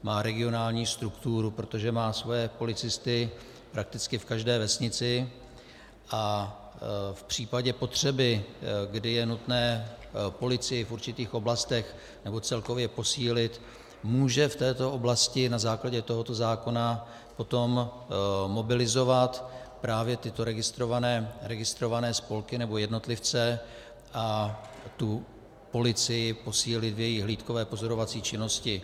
Má regionální strukturu, protože má svoje policisty prakticky v každé vesnici a v případě potřeby, kdy je nutné policii v určitých oblastech nebo celkově posílit, může v této oblasti na základě tohoto zákona potom mobilizovat právě tyto registrované spolky nebo jednotlivce a tu policii posílit v její hlídkové pozorovací činnosti.